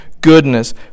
goodness